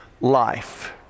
life